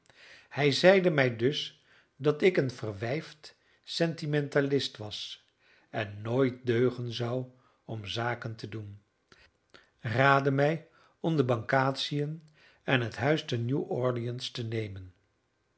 hij zeide mij dus dat ik een verwijfd sentimentalist was en nooit deugen zou om zaken te doen raadde mij om de bankactiën en het huis te nieuw orleans te nemen